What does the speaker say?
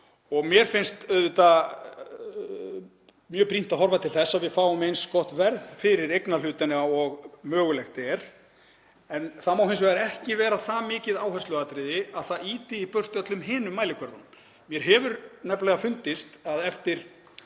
Mér finnst mjög brýnt að horfa til þess að við fáum eins gott verð fyrir eignarhlutina og mögulegt er. En það má hins vegar ekki vera það mikið áhersluatriði að það ýti í burtu öllum hinum mælikvörðunum. Mér hefur nefnilega fundist að eftir